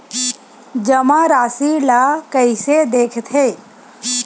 जमा राशि ला कइसे देखथे?